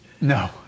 No